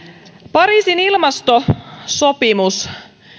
pariisin ilmastosopimus